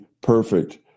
perfect